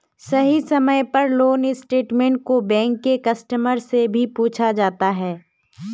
सही समय पर लोन स्टेटमेन्ट को बैंक के कस्टमर से भी पूछा जाता है